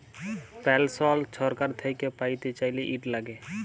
পেলসল ছরকার থ্যাইকে প্যাইতে চাইলে, ইট ল্যাগে